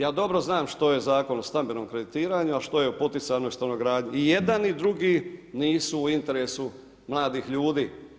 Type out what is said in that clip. Ja dobro znam što je Zakon o stambenom kreditiranju, a što je o poticajnoj stanogradnji i jedan i drugi nisu u interesu mladih ljudi.